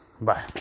Bye